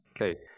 Okay